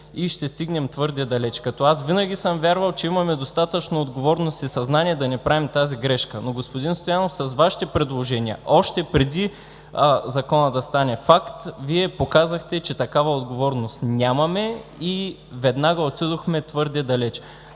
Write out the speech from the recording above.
и ще стигнем твърде далече. Аз винаги съм вярвал, че имаме достатъчно отговорност и съзнание да не правим тази грешка. Но, господин Стоянов, с Вашите предложения още преди Законът да стане факт, Вие показахте, че такава отговорност нямаме и веднага отидохме твърде далече.